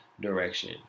direction